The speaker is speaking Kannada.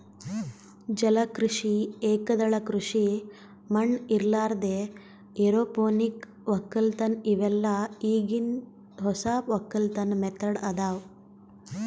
ಜಲ ಕೃಷಿ, ಏಕದಳ ಕೃಷಿ ಮಣ್ಣ ಇರಲಾರ್ದೆ ಎರೋಪೋನಿಕ್ ವಕ್ಕಲತನ್ ಇವೆಲ್ಲ ಈಗಿನ್ ಹೊಸ ವಕ್ಕಲತನ್ ಮೆಥಡ್ ಅದಾವ್